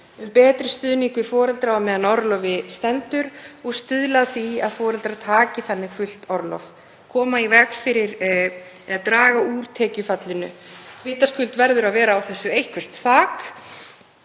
betri stuðning við foreldra meðan á orlofi stendur og stuðla að því að foreldrar taki þannig fullt orlof og koma í veg fyrir eða draga úr tekjufalli — vitaskuld verður að vera á þessu eitthvert þak